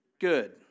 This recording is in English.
good